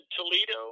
Toledo